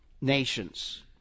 nations